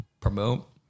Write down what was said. promote